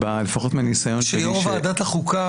לפחות מהניסיון שלי --- כשיו"ר וועדת החוקה